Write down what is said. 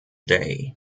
day